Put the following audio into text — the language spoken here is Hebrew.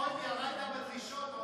לפחות ירדת בדרישות,